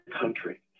country